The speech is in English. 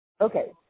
Okay